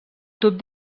tub